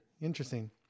Interesting